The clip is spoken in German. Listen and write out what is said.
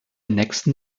nächsten